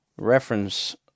Reference